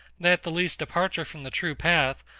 that the least departure from the true path,